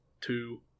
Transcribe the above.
two